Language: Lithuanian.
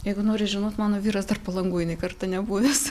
jeigu nori žinot mano vyras dar palangoj nei karto nebuvęs